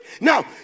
now